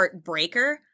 Heartbreaker